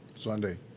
Sunday